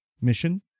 mission